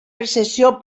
percepció